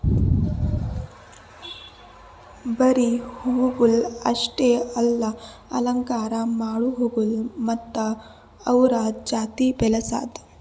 ಬರೀ ಹೂವುಗೊಳ್ ಅಷ್ಟೆ ಅಲ್ಲಾ ಅಲಂಕಾರ ಮಾಡೋ ಹೂಗೊಳ್ ಮತ್ತ ಅವ್ದುರದ್ ಜಾತಿ ಬೆಳಸದ್